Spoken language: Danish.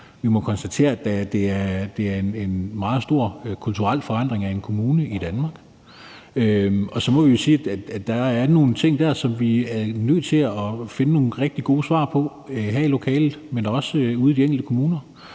Vi må konstatere, at det er en meget stor kulturel forandring af en kommune i Danmark, og så må vi sige, at der er nogle ting dér, som vi er nødt til at finde nogle rigtig gode svar på her i lokalet, men også ude i de enkelte kommuner,